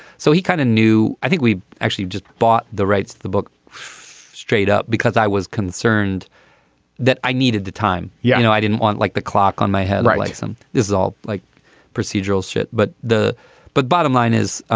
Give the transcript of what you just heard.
so he kind of knew i think we actually just bought the rights to the book straight up because i was concerned that i needed the time. yeah. know i didn't want like the clock on my head. like some dissolve like procedural shit. but the but bottom line is